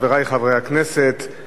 חברי חברי הכנסת,